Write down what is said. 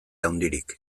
handirik